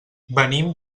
venim